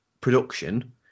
production